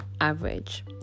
average